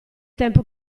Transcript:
tempo